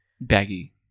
baggy